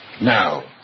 now